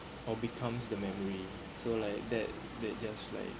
or becomes the memory so like that they just like